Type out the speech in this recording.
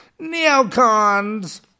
neocons